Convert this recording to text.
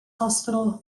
hospital